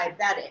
diabetic